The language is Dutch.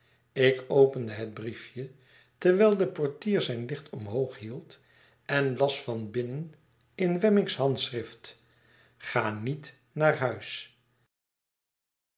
ik opende het briefje terwijl de portier zijn licht omhoog hield en las van binnen in wemmick's handschrift ga niet naar huis